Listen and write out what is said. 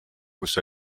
kus